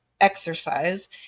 exercise